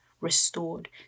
restored